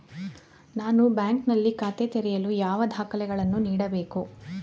ನಾನು ಬ್ಯಾಂಕ್ ನಲ್ಲಿ ಖಾತೆ ತೆರೆಯಲು ಯಾವ ದಾಖಲೆಗಳನ್ನು ನೀಡಬೇಕು?